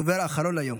הדובר האחרון להיום.